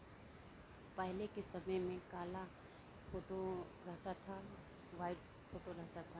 पहले के समय में काला फ़ोटो रहता था व्हाइट फ़ोटो रहता था